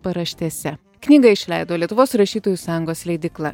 paraštėse knygą išleido lietuvos rašytojų sąjungos leidykla